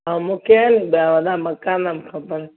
ऐं मूंखे आहे नि ॿिया वॾा मकान बि खपनि